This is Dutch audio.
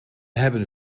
hebben